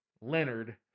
Leonard